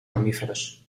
mamíferos